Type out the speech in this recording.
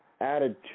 added